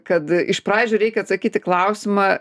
kad iš pradžių reikia atsakyt į klausimą